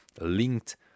linked